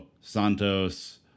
santos